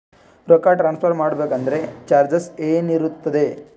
ರೊಕ್ಕ ಟ್ರಾನ್ಸ್ಫರ್ ಮಾಡಬೇಕೆಂದರೆ ಚಾರ್ಜಸ್ ಏನೇನಿರುತ್ತದೆ?